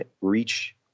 reach